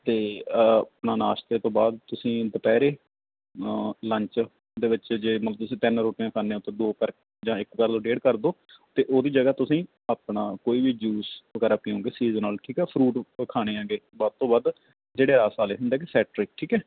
ਅਤੇ ਆਪਣਾ ਨਾਸ਼ਤੇ ਤੋਂ ਬਾਅਦ ਤੁਸੀਂ ਦੁਪਹਿਰੇ ਲੰਚ ਦੇ ਵਿੱਚ ਜੇ ਮਤਲਬ ਤੁਸੀਂ ਤਿੰਨ ਰੋਟੀਆਂ ਖਾਂਦੇ ਹੋ ਤਾਂ ਦੋ ਕਰ ਜਾਂ ਇੱਕ ਕਰ ਲਓ ਡੇਢ ਕਰ ਦਿਓ ਅਤੇ ਉਹਦੀ ਜਗ੍ਹਾ ਤੁਸੀਂ ਆਪਣਾ ਕੋਈ ਵੀ ਜੂਸ ਵਗੈਰਾ ਪੀਓਗੇ ਸੀਜ਼ਨਲ ਠੀਕ ਆ ਫਰੂਟ ਖਾਣੇ ਹੈਗੇ ਵੱਧ ਤੋਂ ਵੱਧ ਜਿਹੜੇ ਆਸ ਵਾਲੇ ਹੁੰਦੇ ਸੈਟਰਿਕ ਠੀਕ ਹੈ